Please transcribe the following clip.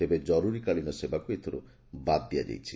ତେବେ ଜରୁରୀକାଳୀନ ସେବାକୁ ଏଥିରୁ ବାଦ୍ ଦିଆଯାଇଛି